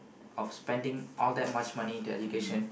of spending all that much money to education